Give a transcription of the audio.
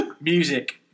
Music